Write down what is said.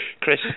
Chris